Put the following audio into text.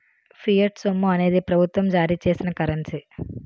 fiat సొమ్ము అనేది ప్రభుత్వం జారీ చేసిన కరెన్సీ